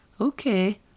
Okay